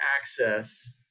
access